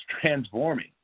transforming